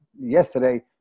yesterday